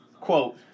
quote